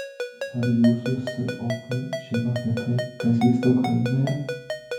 ar jūsų sop žino apie tai kas vyksta ukrainoje